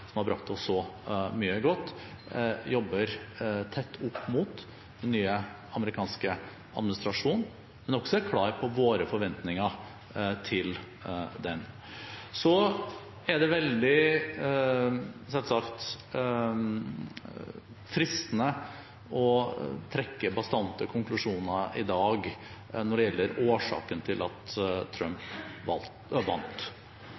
som har brakt oss så mye godt, jobber tett opp mot den nye amerikanske administrasjonen, men også er klar på våre forventninger til den. Det er selvsagt veldig fristende å trekke bastante konklusjoner i dag når det gjelder årsaken til at Trump vant.